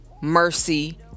mercy